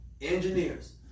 Engineers